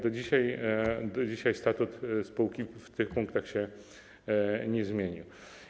Do dzisiaj statut spółki w tych punktach się nie zmienił.